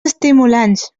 estimulants